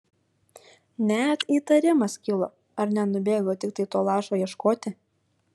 net įtarimas kilo ar nenubėgo tiktai to lašo ieškoti